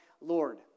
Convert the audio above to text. Lord